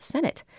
Senate